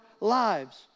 lives